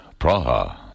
Praha